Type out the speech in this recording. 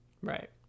Right